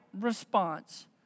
response